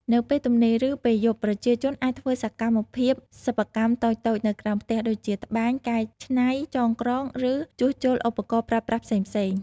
នៅពេលទំនេរ ឬពេលយប់ ប្រជាជនអាចធ្វើសកម្មភាពសិប្បកម្មតូចៗនៅក្រោមផ្ទះ ដូចជា ត្បាញ កែច្នៃ ចងក្រង ឬ ជួសជុលឧបករណ៍ប្រើប្រាស់ ផ្សេងៗ ។